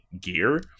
gear